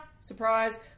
surprise